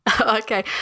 Okay